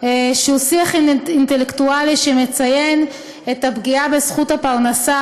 שהוא שיח אינטלקטואלי שמציין את הפגיעה בזכות הפרנסה,